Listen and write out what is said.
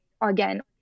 again